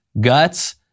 guts